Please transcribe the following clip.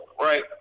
right